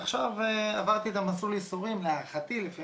עכשיו עברתי את מסלול האיסורים להערכתי של בערך 10,000 משפחות,